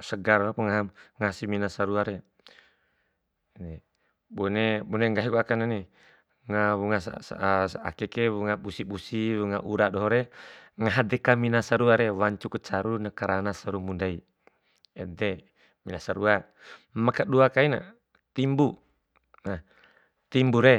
segar lalop ngaham ngahasi mina saruare. Bune bune nggahi ku akanani akeke wunga busi busi wunga ura dohore, ngaha deka mina sarua re wancuku caruna karana sarumbu ndai, ede mina sarua. Ma kadua kaina timbun timbure.